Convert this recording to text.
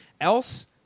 else